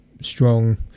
strong